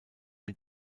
mit